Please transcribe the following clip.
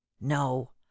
No